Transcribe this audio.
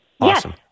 Awesome